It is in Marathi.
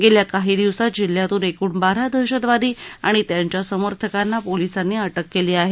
गेल्या काही दिवसात जिल्ह्यातून एकूण बारा दहशतवादी आणि त्यांच्या समर्थकांना पोलिसांनी अटक केली आहे